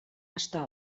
està